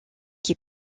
qui